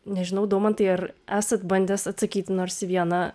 nežinau daumantai ar esat bandęs atsakyti nors į vieną